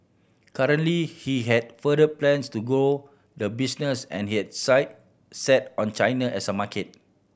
currently he had further plans to grow the business and yet sight set on China as a market